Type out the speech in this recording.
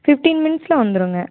fifteen மினிட்ஸில் வந்துடுங்க